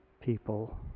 people